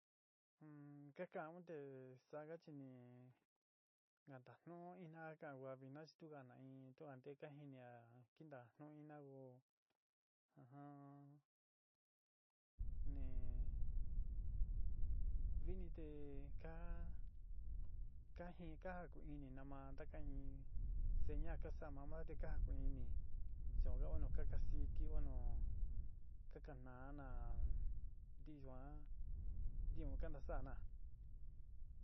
ka kaan un te saada chi ni kantagnú ina kawa vina chi stugana in tu ante ka jinia kintagnu ina ko ujum ni viini tee ka kajin ka jakunini nama ntakain seña ja ka saa ma ma te ka jakuun ini ó nu ka kasiki o nu ka kanaa na ntí yuan ntio kanta saa naa.